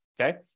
okay